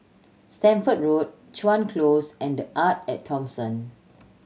Stamford Road Chuan Close and The Arte At Thomson